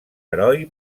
heroi